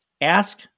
ask